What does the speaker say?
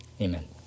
amen